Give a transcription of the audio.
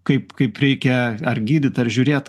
kaip kaip reikia ar gydyt ar žiūrėt